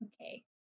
Okay